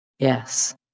Yes